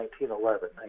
1911